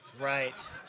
Right